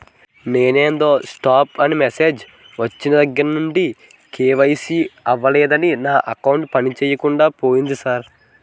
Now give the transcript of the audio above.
నిన్నేదో స్టాప్ అని మెసేజ్ ఒచ్చిన దగ్గరనుండి కే.వై.సి అవలేదని నా అకౌంట్ పనిచేయకుండా పోయింది సార్